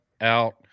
out